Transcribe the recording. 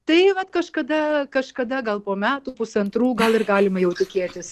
tai vat kažkada kažkada gal po metų pusantrų gal ir galima jau tikėtis